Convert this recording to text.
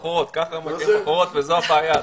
ככה, מכירים בחורות וזאת הבעיה.